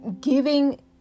giving